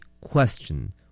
Question